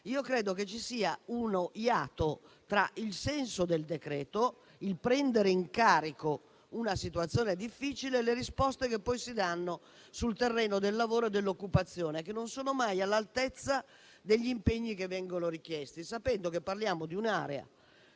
Io credo che ci sia uno iato tra il senso del decreto-legge (la presa in carico di una situazione difficile) e le risposte che poi si danno sul terreno del lavoro e dell'occupazione, che non sono mai all'altezza degli impegni che vengono richiesti. Tutto ciò sapendo che parliamo di un'area,